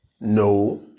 No